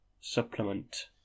supplement